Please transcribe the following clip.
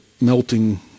melting